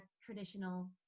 traditional